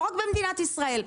לא רק במדינת ישראל,